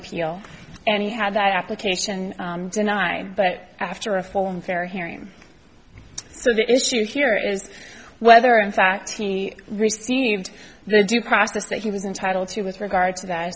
appeal and he had that application denied but after a form fair hearing so the issue here is whether in fact he received the due process that he was entitled to with regard to that